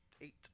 Eight